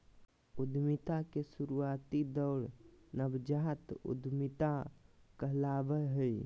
उद्यमिता के शुरुआती दौर नवजात उधमिता कहलावय हय